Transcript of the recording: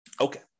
Okay